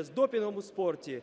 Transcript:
з допінгом у спорті,